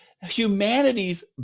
humanity's